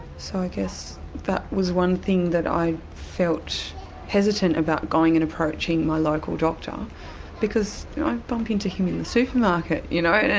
so i guess that was one thing that i felt hesitant about, going and approaching my local doctor um because i bump into him in the supermarket, you know,